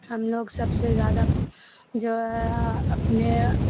ہم لوگ سب سے زیادہ جو ہے اپنے